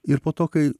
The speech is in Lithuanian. ir po to kai